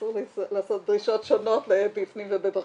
אסור לעשות דרישות שונות לבפנים ולבחוץ,